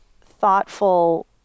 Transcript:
thoughtful